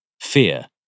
fear